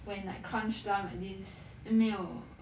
when like crunch time like this then 没有 err